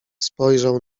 spojrzał